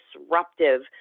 disruptive